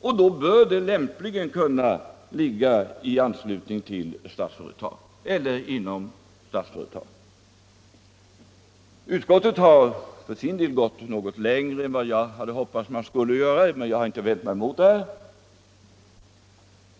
och då bör väl detta bolag lämpligen kunna ligga inom Statsföretag. Utskottet har för sin del sträckt sig något längre än vad jag hade hoppats att det skulle göra, men jag har inte vänt mig emot det.